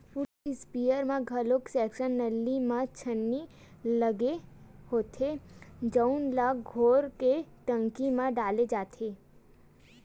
foot spare म घलो suction नली म छन्नी लगे होथे जउन ल घोर के टंकी म डाले जाथे